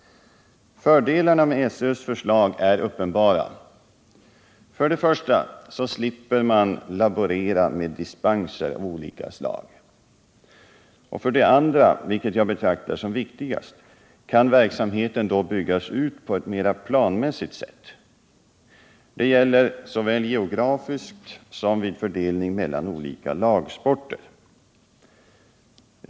Fördelarna med SÖ:s förslag är uppenbara. För det första slipper man laborera med dispenser av olika slag. Och för det andra, vilket jag betraktar som viktigast, kan verksamheten då byggas ut på ett mera planmässigt sätt. Det gäller såväl geografiskt som vid fördelning mellan olika lagsporter.